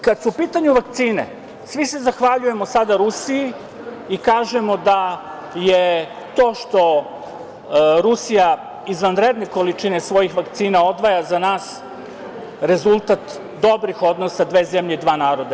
Kad su u pitanju vakcine, svi se zahvaljujemo sada Rusiji i kažemo da je to što Rusija izvanredne količine svojih vakcina odvaja za nas rezultat dobrih odnosa dve zemlje i dva naroda.